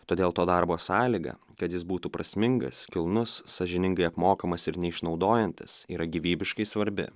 todėl to darbo sąlyga kad jis būtų prasmingas kilnus sąžiningai apmokamas ir neišnaudojantis yra gyvybiškai svarbi